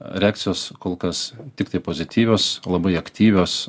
reakcijos kol kas tiktai pozityvios labai aktyvios